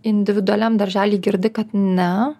individualiam daržely girdi kad ne